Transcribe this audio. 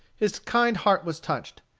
his kind heart was touched.